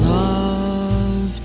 love